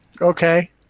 Okay